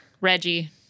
Reggie